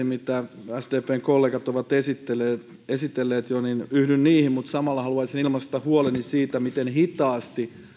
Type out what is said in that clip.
mitä sdpn kollegat ovat esitelleet jo mutta samalla haluaisin niiden lisäksi ilmaista huoleni siitä miten hitaasti